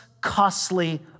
costly